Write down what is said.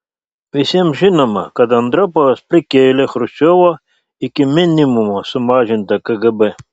visiems žinoma kad andropovas prikėlė chruščiovo iki minimumo sumažintą kgb